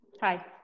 Hi